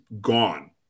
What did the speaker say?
gone